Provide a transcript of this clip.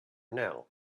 now